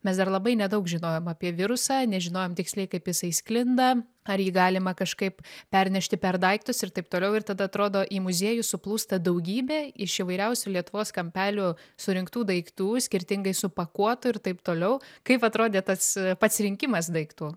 mes dar labai nedaug žinojom apie virusą nežinojom tiksliai kaip jisai sklinda ar jį galima kažkaip pernešti per daiktus ir taip toliau ir tada atrodo į muziejų suplūsta daugybė iš įvairiausių lietuvos kampelių surinktų daiktų skirtingai supakuotų ir taip toliau kaip atrodė tas pasirinkimas daiktų